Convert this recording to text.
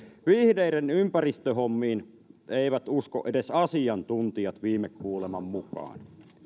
vihreiden ympäristöhommiin eivät usko edes asiantuntijat viime kuuleman mukaan